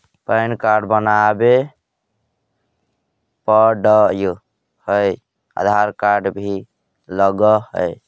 Pan card बनावे पडय है आधार कार्ड भी लगहै?